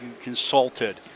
consulted